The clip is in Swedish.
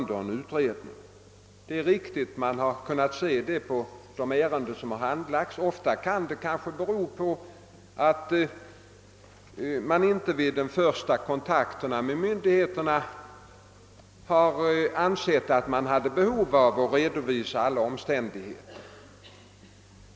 Det kan vi se på de ärenden som hittills handlagts. Ofta är kanske orsaken att man inte vid de första kontakterna med myndigheterna ansett sig behöva redovisa alla omständigheter.